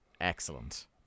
excellent